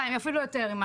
אפילו יותר.